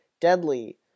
deadly